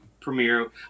premiere